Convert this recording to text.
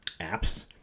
apps